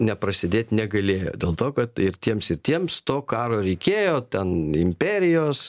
neprasidėt negalėjo dėl to kad ir tiems ir tiems to karo reikėjo ten imperijos